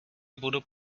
budu